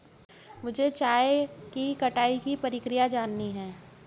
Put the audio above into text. मुझे चाय की कटाई की प्रक्रिया जाननी है